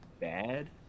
bad